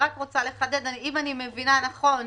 אם אני מבינה נכון,